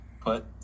put